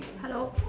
hello